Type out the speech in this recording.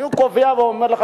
אני קובע ואומר לך,